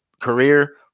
career